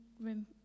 room